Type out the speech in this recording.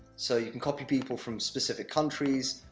so, you can copy people from specific countries,